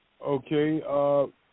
Okay